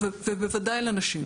ובוודאי לנשים.